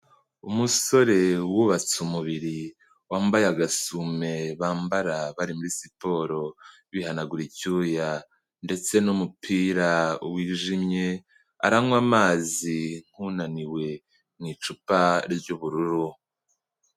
Umusore wubatse umubiri, wambaye agasume bambara bari muri siporo, bihanagura icyuya ndetse n'umupira wijimye, aranywa amazi nk'unaniwe mu icupa ry'ubururu.